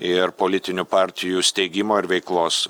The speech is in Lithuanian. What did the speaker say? ir politinių partijų steigimo ir veiklos